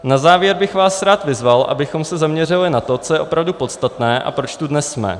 Na závěr bych vás rád vyzval, abychom se zaměřili na to, co je opravdu podstatné a proč tu dnes jsme.